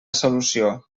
solució